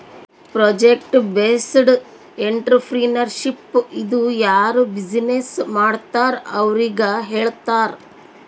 project based entrepreneurship ಇದು ಯಾರು business ಮಾಡ್ತಾರ್ ಅವ್ರಿಗ ಹೇಳ್ತಾರ್